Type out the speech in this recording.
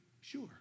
sure